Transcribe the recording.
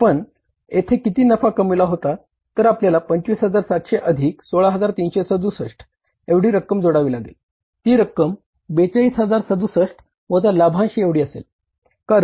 आपण येथे किती नफा कमविला होता तर आपल्याला 25700 अधिक 16367 एवढी रक्कम जोडावी लागेल ती रक्कम 42067 वजा लाभांशा एवढी असेल